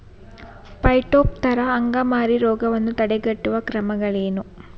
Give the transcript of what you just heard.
Phytophthora ಅಂಗಮಾರಿ ರೋಗವನ್ನು ತಡೆಗಟ್ಟುವ ಕ್ರಮಗಳೇನು?